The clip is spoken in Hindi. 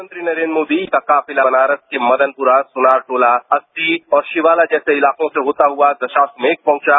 प्रधानमंत्री नरेन्द्र मोदी का काफिला बनारस के मदनपुरा सुनारतुला अस्सी और शिवाला जैसे इलाकों से होता हुआ दशाश्वमेघ पहुंचा